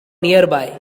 nearby